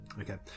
Okay